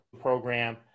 program